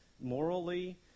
morally